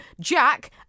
Jack